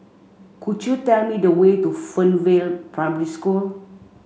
could you tell me the way to Fernvale Primary School